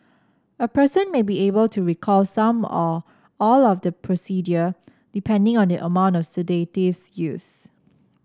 a person may be able to recall some or all of the procedure depending on the amount of sedatives used